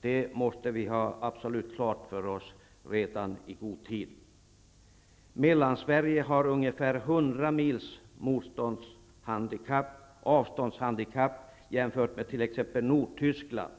Det måste vi ha absolut klart för oss i god tid. Mellansverige har ungefär 100 mils avståndshandikapp jämfört med t.ex. Nordtyskland.